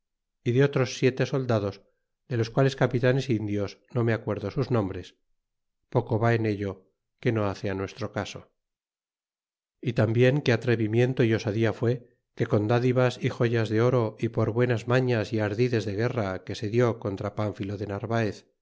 y de otros siete soldados de los quales capitanes indios no me acuerdo sus nombres poco va en ello que no hace á nuestro caso y tambien que atrevimiento y osadía fue que con dádivas y joyas de oro y por buenas mañas y ardides de guerra que se dió contra pánfilo de narvaez